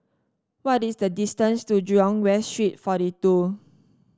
what is the distance to Jurong West Street forty two